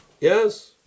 yes